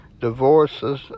divorces